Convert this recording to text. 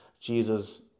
Jesus